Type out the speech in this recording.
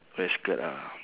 wear skirt ah